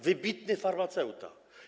Wybitny farmaceuta.